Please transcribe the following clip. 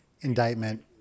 indictment